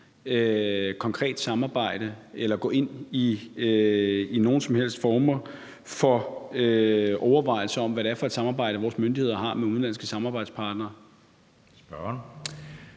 konkret samarbejde eller gå ind i nogen som helst former for overvejelser om, hvad det er for et samarbejde, vores myndigheder har med udenlandske samarbejdspartnere.